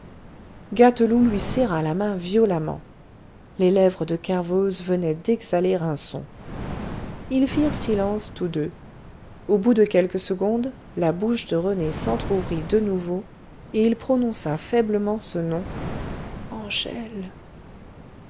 gâteloup lui serra la main violemment les lèvres de kervoz venaient d'exhaler un son ils firent silence tous deux au bout de quelques secondes la bouche de rené s'entr'ouvrit de nouveau et il prononça faiblement ce nom angèle